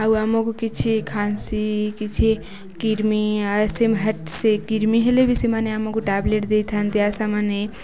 ଆଉ ଆମକୁ କିଛି ଖାସି କିଛି କିର୍ମି ସେ କିର୍ମି ହେଲେ ବି ସେମାନେ ଆମକୁ ଟ୍ୟାବଲେଟ୍ ଦେଇଥାନ୍ତି ଆଶା ମାନେ